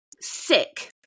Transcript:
sick